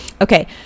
Okay